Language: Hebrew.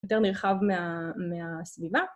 ‫יותר נרחב מהסביבה.